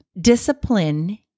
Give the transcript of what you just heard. Discipline